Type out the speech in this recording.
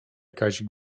kazik